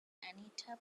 anita